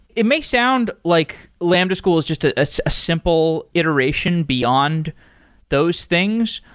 it may sound like lambda school is just ah ah a simple iteration beyond those things,